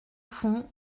fond